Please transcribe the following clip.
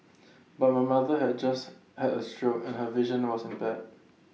but my mother had just had A stroke and her vision was impaired